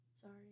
sorry